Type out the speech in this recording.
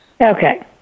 Okay